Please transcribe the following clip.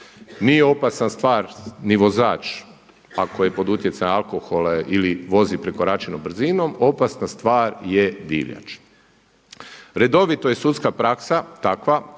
nije opasna stvar ni vozač ako je pod utjecajem alkohola ili voza prekoračenom brzinom, opasna stvar je divljač. Redovito je sudska praksa takva,